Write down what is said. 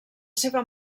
seva